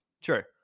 sure